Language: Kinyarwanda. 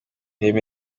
reba